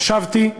חשבתי,